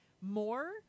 more